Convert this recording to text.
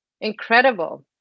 incredible